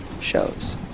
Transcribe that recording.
shows